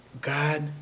God